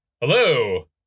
hello